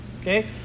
okay